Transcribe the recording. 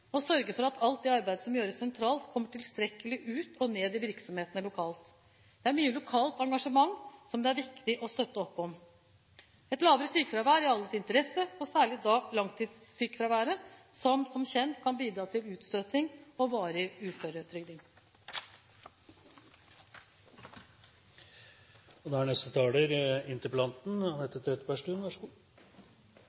sørge for at alt det arbeidet som gjøres sentralt, kommer tilstrekkelig ut og ned i virksomhetene lokalt. Det er mye lokalt engasjement, som det er viktig å støtte opp om. Et lavere sykefravær er i alles interesse, særlig langtidsfraværet, som – som kjent – kan bidra til utstøting og varig uføretrygding.